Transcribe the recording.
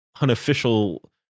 unofficial